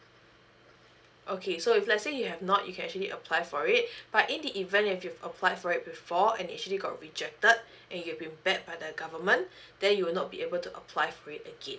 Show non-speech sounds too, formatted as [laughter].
okay so if let's say you have not you can actually apply for it [breath] but in the event if you've applied for it before and it actually got rejected third and you've been bad by the government then you will not be able to apply for it again